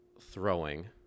throwing